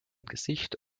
gesicht